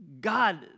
God